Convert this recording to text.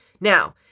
Now